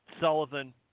Sullivan